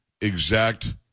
exact